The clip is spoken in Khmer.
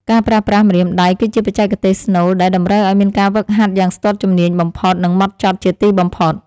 ការប្រើប្រាស់ម្រាមដៃគឺជាបច្ចេកទេសស្នូលដែលតម្រូវឱ្យមានការហ្វឹកហាត់យ៉ាងស្ទាត់ជំនាញបំផុត និង ហ្មត់ចត់ជាទីបំផុត។